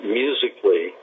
musically